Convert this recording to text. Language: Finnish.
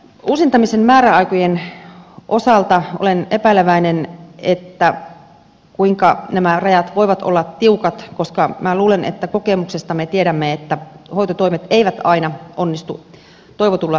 uusintamisen määräaikojen osalta olen epäileväinen että kuinka nämä rajat voivat olla tiukat koska minä luulen että kokemuksesta me tiedämme että hoitotoimet eivät aina onnistu toivotulla tavalla